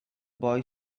boy